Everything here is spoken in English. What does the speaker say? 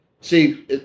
see